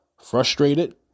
frustrated